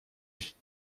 ist